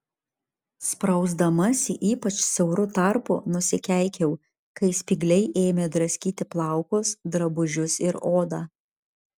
sprausdamasi ypač siauru tarpu nusikeikiau kai spygliai ėmė draskyti plaukus drabužius ir odą